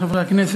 הרווחה והבריאות.